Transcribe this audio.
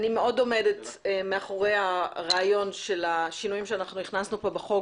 עומדת מאחורי הרעיון של השינויים שהכנסנו בחוק,